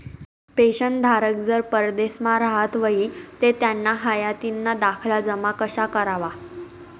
पेंशनधारक जर परदेसमा राहत व्हयी ते त्याना हायातीना दाखला जमा कशा करवा?